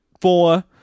four